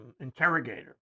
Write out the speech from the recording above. interrogator